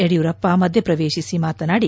ಯಡಿಯೂರಪ್ಪ ಮಧ್ಯೆ ಪ್ರವೇಶಿಸಿ ಮಾತನಾಡಿ